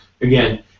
again